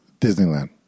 Disneyland